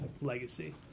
Legacy